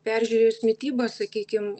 peržiūrėjus mitybą sakykim